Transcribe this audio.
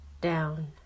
down